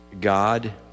God